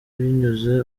binyuze